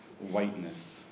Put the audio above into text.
whiteness